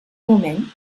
moment